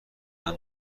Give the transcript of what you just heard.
راه